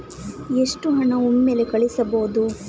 ಎಷ್ಟು ಹಣ ಒಮ್ಮೆಲೇ ಕಳುಹಿಸಬಹುದು?